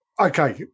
okay